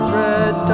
red